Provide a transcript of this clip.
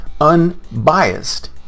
unbiased